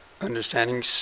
understanding